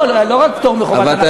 לא רק פטור מחובת הנחה.